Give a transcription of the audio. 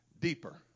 deeper